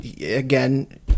again